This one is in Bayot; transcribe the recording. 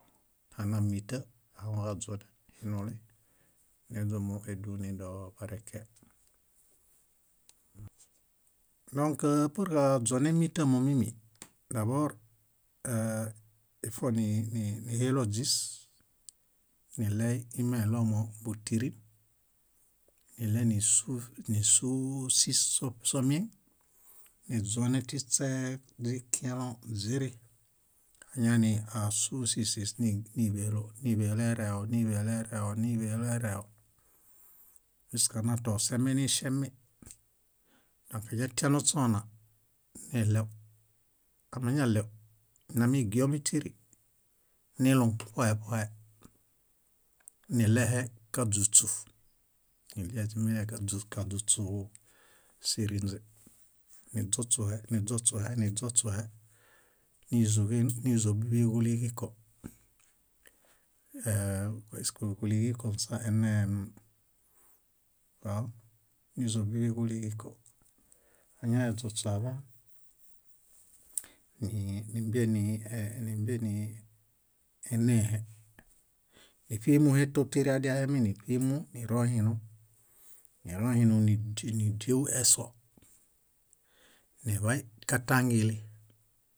. Hana míta ahaŋuġaźonen hinuli niźumu éduni dobareke. Dõk purġaźonẽ mítamomimi, dabor ifonihilo źís, niɭey imeɭomo bútirin, níɭenisuf nísuusis sof- somieŋ, niźonẽtiśeźikiẽlõ źirĩ. Añaini ásusisis níḃelo, níḃelo ereho, níḃelo ereho, níḃelo ereho juska natosembeniiŝemi. Dõkatianośona, niɭew, amiñaɭew, ñamigiomi tíri, niluŋ ṗohe ṗohe, niɭehe káźuśu, niɭieźimeɭe ka- káźuśuġom sirinźe, niźuśuhe, niźuśuhe, niźuśuhe nízobiḃiġuliġiko. Áaa- presk kúliġikosa eneem wauw nízobiḃiġuliġiko. Añaheźuśuaḃaan ni- nímbieni nímbieni énehe, níṗumuhetotiri adiahemi níṗimu nirohinum, nirohinum ní- nídiewu eso, niḃay katangili,